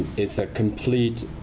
is a complete